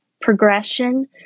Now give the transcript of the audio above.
progression